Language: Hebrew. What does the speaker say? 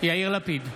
יאיר לפיד,